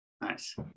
Nice